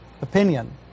opinion